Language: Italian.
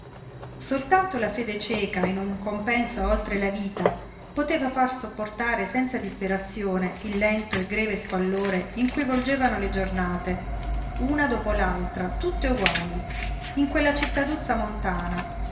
soltanto la fede cieca in un compenso oltre la vita poteva far sopportare senza disperazione il lento e greve squallore in cui volgevano le giornate una dopo l'altra tutte uguali in quella cittaduzza montana